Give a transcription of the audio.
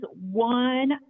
one